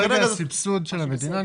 כרגע הסבסוד של המדינה,